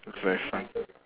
that's very fun